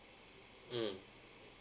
mm